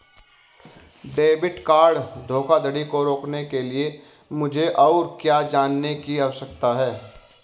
Debit card धोखाधड़ी को रोकने के लिए मुझे और क्या जानने की आवश्यकता है?